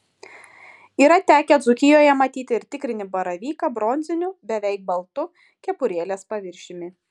yra tekę dzūkijoje matyti ir tikrinį baravyką bronziniu beveik baltu kepurėlės paviršiumi